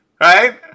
Right